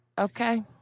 Okay